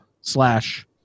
slash